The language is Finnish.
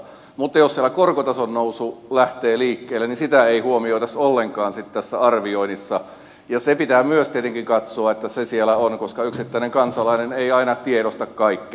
mutta jos siellä korkotason nousu lähtee liikkeelle niin sitä ei huomioitaisi ollenkaan sitten tässä arvioinnissa ja se pitää myös tietenkin katsoa että se siellä on koska yksittäinen kansalainen ei aina tiedosta kaikkea